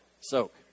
soak